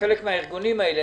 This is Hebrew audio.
חלק מהארגונים האלה,